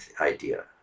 idea